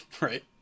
right